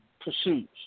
pursues